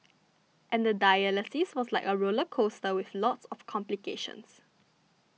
and the dialysis was like a roller coaster with lots of complications